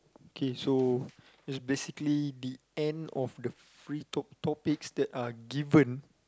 K so it's basically the end of the free talk topics that are given